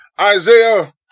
Isaiah